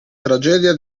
tragedia